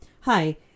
Hi